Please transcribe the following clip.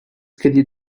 escaliers